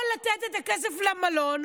או לתת את הכסף למלון,